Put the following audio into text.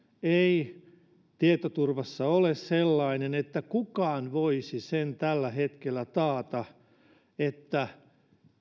ei tietoturvassa ole sellainen että kukaan voisi tällä hetkellä taata sen että